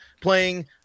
playing –